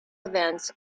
events